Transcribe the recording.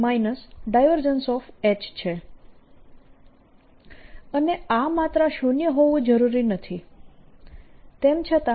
H છે અને આ માત્રા શૂન્ય હોવી જરૂરી નથી તેમ છતાં